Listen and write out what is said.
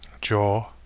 jaw